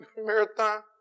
marathon